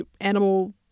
animal